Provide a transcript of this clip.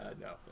No